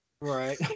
Right